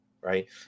right